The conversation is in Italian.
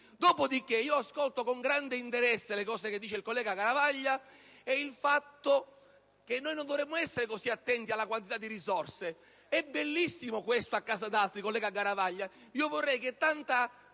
Dopodiché, ascolto con grande interesse le parole del collega Garavaglia, secondo cui non dovremmo essere così attenti alla quantità di risorse. È bellissimo questo a casa d'altri, collega Garavaglia.